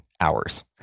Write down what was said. hours